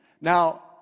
Now